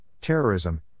terrorism